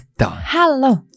Hello